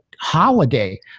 holiday